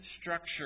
structure